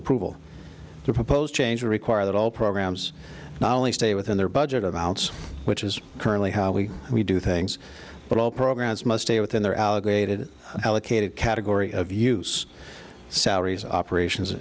approval the proposed change will require that all programs not only stay within their budget of the house which is currently how we do things but all programs must stay within their alligator allocated category of use salaries operations